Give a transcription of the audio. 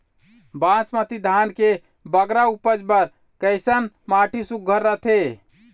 बासमती धान के बगरा उपज बर कैसन माटी सुघ्घर रथे?